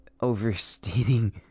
overstating